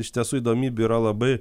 iš tiesų įdomybių yra labai